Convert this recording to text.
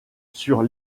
sur